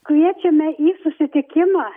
kviečiame į susitikimą